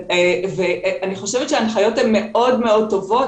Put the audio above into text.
אני חושבת שההנחיות הן מאוד טובות.